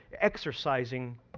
exercising